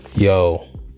Yo